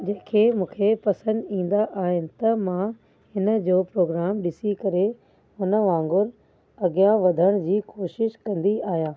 जेके मूंखे पसंदि ईंदा आहिनि त मां हिन जो प्रोग्राम ॾिसी करे हुन वांगुरु अॻियां वधण जी कोशिश कंदी आहियां